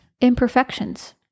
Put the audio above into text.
imperfections